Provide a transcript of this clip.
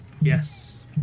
Yes